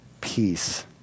peace